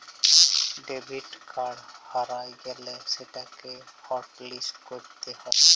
debit card হারাঁয় গ্যালে সেটকে হটলিস্ট ক্যইরতে হ্যয়